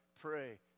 Pray